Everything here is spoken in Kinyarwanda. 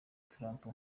trump